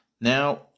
Now